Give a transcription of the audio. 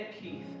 Keith